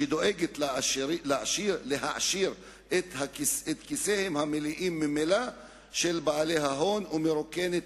שדואגת להעשיר את כיסיהם המלאים ממילא של בעלי ההון ומרוקנת